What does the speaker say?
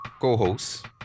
co-host